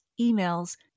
emails